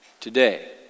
today